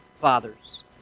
fathers